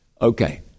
Okay